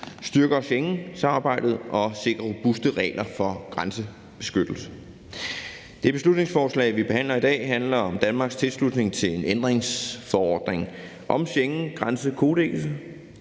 styrker Schengensamarbejdet og sikrer robuste regler for grænsebeskyttelse. Det beslutningsforslag, vi behandler i dag, handler om Danmarks tilslutning til en ændringsforordning om Schengengrænsekodeksen.